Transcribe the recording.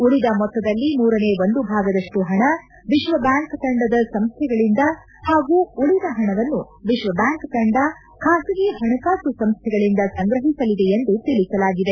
ಉಳಿದ ಮೊತ್ತದಲ್ಲಿ ಮೂರನೇ ಒಂದು ಭಾಗದಷ್ಟು ಹಣ ವಿಶ್ವ ಬ್ಲಾಂಕ್ ತಂಡದ ಸಂಸ್ಥೆಗಳಿಂದ ಹಾಗೂ ಉಳಿದ ಪಣವನ್ನು ವಿಶ್ವ ಬ್ಯಾಂಕ್ ತಂಡ ಖಾಸಗಿ ಹಣಕಾಸು ಸಂಸ್ಥೆಗಳಿಂದ ಸಂಗ್ರಹಿಸಲಿದೆ ಎಂದು ತಿಳಿಸಲಾಗಿದೆ